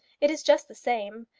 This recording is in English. it is just the same.